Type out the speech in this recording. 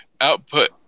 output